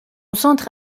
centre